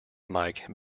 mike